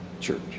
church